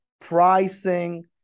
pricing